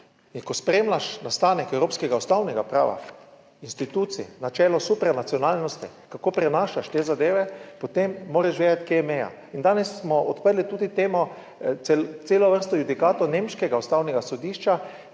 in ko spremljaš nastanek evropskega ustavnega prava, institucij na čelu super nacionalnosti, kako prenašaš te zadeve, potem moraš vedeti kje je meja in danes smo odprli tudi temo, celo vrsto judikatov nemškega ustavnega sodišča,